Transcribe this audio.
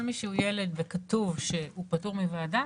כל מי שהוא ילד וכתוב שהוא פטור מוועדה,